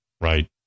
right